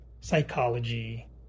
psychology